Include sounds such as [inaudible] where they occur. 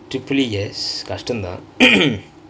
triple E yes க௸ட்டம் தான்:kashtam thaan [coughs]